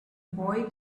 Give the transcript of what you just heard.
boy